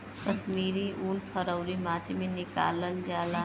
कश्मीरी उन फरवरी मार्च में निकालल जाला